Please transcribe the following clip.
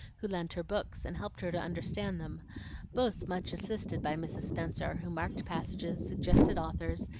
who lent her books and helped her to understand them both much assisted by mrs. spenser, who marked passages, suggested authors,